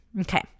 Okay